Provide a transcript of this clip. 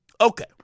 Okay